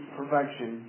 perfection